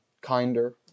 kinder